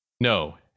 No